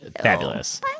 fabulous